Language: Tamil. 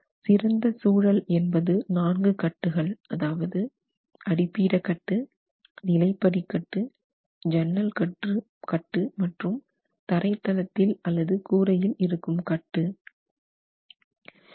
சிறந்த சூழல் என்பது நான்கு கட்டுகள் அதாவது அடிப்பீட கட்டு நிலைப்படி கட்டு சன்னல் கட்டு மற்றும் தரைத்தளத்தில் அல்லது கூரையில் இருக்கும் கட்டு plinth band sill ban lintel band and roof band or floor band